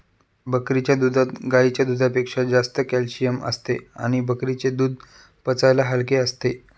बकरीच्या दुधात गाईच्या दुधापेक्षा जास्त कॅल्शिअम असते आणि बकरीचे दूध पचायला हलके असते